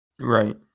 Right